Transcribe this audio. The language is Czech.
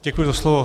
Děkuji za slovo.